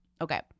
Okay